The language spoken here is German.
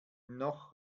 noch